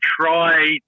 try